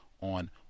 on